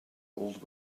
old